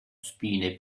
spine